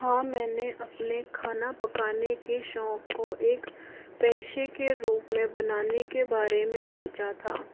हाँ मैंने अपने खाना पकाने के शौक को एक पेशे के रूप में बनाने के बारे में सोचा था